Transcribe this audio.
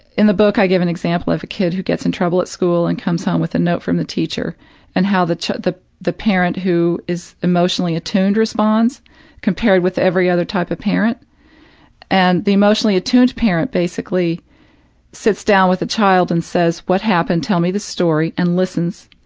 in the book i give an example of a kid who gets in trouble at school and comes home with a note from the teacher and how the child the the parent who is emotionally attuned responds responds compared with every other type of parent and the emotionally attuned parent basically sits down with the child and says, what happened? tell me the story, and listens,